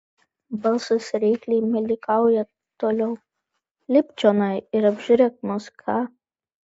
balsas reikliai meilikauja toliau lipk čionai ir apžiūrėk mus ką